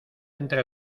entre